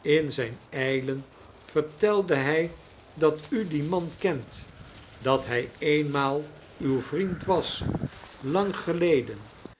in zgn ijlen vertelde hij dat u dien man kent dat hij eenmaal uw vriend was lang geleden